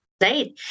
Right